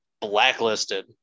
blacklisted